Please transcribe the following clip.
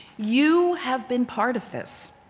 you have been part of this,